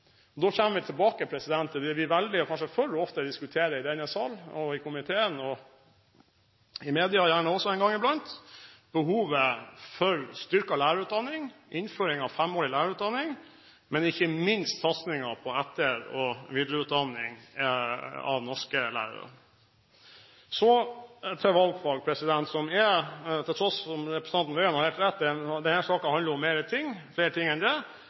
Da kommer vi tilbake til det vi kanskje for ofte velger å diskutere i denne sal og i komiteen, og gjerne også i media en gang iblant: behovet for styrket lærerutdanning, innføring av femårig lærerutdanning og ikke minst satsing på etter- og videreutdanning av norske lærere. Så til valgfag: Representanten Tingelstad Wøien har helt rett i at dette er en sak som handler om mer enn dette, og valgfag mener jeg er noe av det